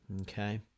okay